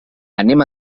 anem